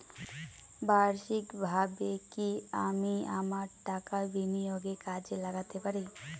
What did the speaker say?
বার্ষিকভাবে কি আমি আমার টাকা বিনিয়োগে কাজে লাগাতে পারি?